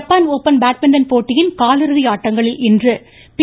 Japan open badminton போட்டியின் காலிறுதி ஆட்டங்களில் இன்று பி